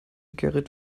gerrit